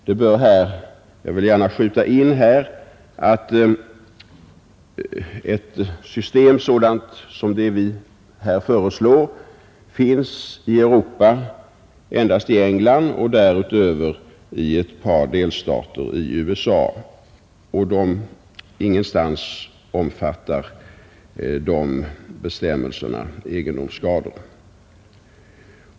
Här vill jag gärna inskjuta att ett system sådant som det vi föreslår i Europa endast finns i England och därutöver endast i ett par delstater i USA. Ingenstans omfattar de bestämmelser man har egendomsskador.